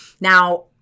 Now